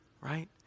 Right